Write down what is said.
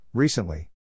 Recently